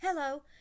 Hello